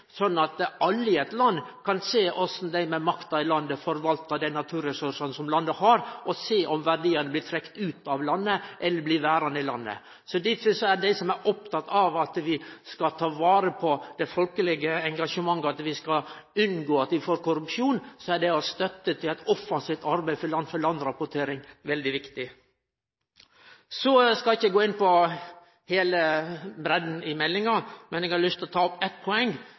at alle i eit land kan sjå korleis dei med makta i landet forvaltar naturressursane som landet har, og sjå om verdiane blir trekte ut av landet eller blir verande i landet. Difor er det for dei som er opptekne av at vi skal ta vare på det folkelege engasjementet, at vi skal unngå at dei får korrupsjon, veldig viktig å støtte eit offensivt arbeid for land-for-land-rapportering. Eg skal ikkje gå inn på heile breidda i meldinga, men eg har lyst til å ta opp eitt poeng,